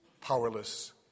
powerless